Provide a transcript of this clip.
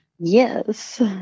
Yes